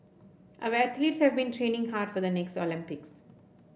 our athletes have been training hard for the next Olympics